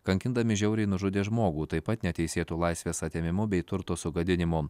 kankindami žiauriai nužudė žmogų taip pat neteisėtu laisvės atėmimu bei turto sugadinimu